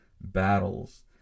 Battles